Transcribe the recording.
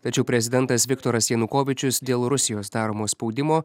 tačiau prezidentas viktoras janukovyčius dėl rusijos daromo spaudimo